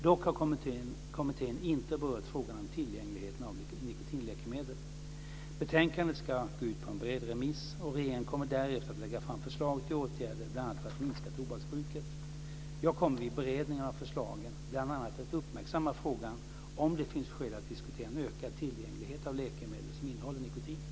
Dock har kommittén inte berört frågan om tillgängligheten av nikotinläkemedel. Betänkandet ska gå ut på en bred remiss, och regeringen kommer därefter att lägga fram förslag till åtgärder bl.a. för att minska tobaksbruket. Jag kommer vid beredningen av förslagen bl.a. att uppmärksamma frågan om det finns skäl att diskutera en ökad tillgänglighet av läkemedel som innehåller nikotin.